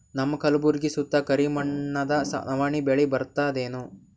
ನಮ್ಮ ಕಲ್ಬುರ್ಗಿ ಸುತ್ತ ಕರಿ ಮಣ್ಣದ ನವಣಿ ಬೇಳಿ ಬರ್ತದೇನು?